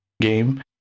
game